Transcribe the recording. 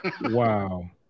Wow